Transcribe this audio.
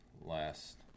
last